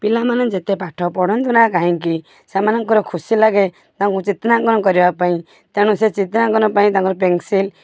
ପିଲାମାନେ ଯେତେ ପାଠ ପଢ଼ନ୍ତୁ ନା କାହଁକି ସେମାନଙ୍କର ଖୁସି ଲାଗେ ତାଙ୍କୁ ଚିତ୍ରାଙ୍କନ କରିବା ପାଇଁ ତେଣୁ ସେ ଚିତ୍ରାଙ୍କନ ପାଇଁ ତାଙ୍କର ପେନ୍ସିଲ୍